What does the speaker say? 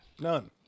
None